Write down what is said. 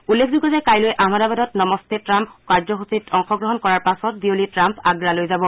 উল্লেখযোগ্য যে কাইলৈ আহমদাবাদত নমস্তে ট্ৰাম্প কাৰ্যসূচীক অংশগ্ৰঙণ কৰাৰ পাছত বিয়লি ট্ৰাম্প আগ্ৰালৈ যাব